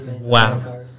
Wow